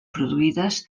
produïdes